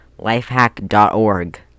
lifehack.org